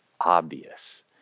obvious